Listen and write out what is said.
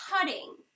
cutting